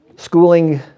Schooling